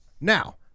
Now